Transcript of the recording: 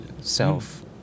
self